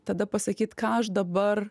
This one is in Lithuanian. tada pasakyt ką aš dabar